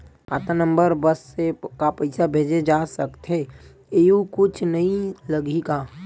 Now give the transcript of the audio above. खाता नंबर बस से का पईसा भेजे जा सकथे एयू कुछ नई लगही का?